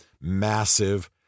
Massive